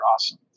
awesome